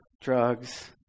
Drugs